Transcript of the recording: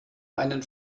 einen